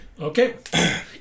Okay